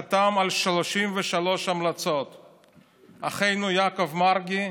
חתם על 33 המלצות, אחינו יעקב מרגי,